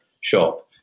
shop